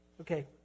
Okay